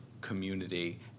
community